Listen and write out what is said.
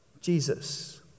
Jesus